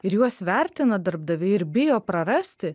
ir juos vertina darbdaviai ir bijo prarasti